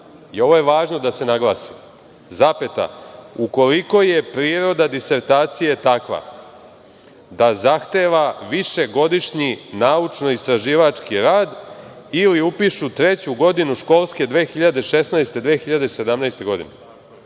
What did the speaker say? ovo je važno da se naglasi, „ukoliko je priroda disertacije takva da zahteva višegodišnji naučno-istraživački rad ili upišu treću godinu školske 2016/2107.